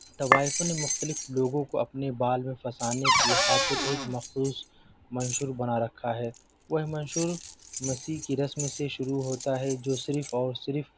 طوائفوں نے مختلف لوگوں کو اپنے بال میں پھنسانے کی خاطر ایک مخصوص منشور بنا رکھا ہے وہ ہے منشور مسی کی رسم سے شروع ہوتا ہے جو صرف اور صرف